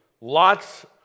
lots